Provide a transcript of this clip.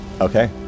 Okay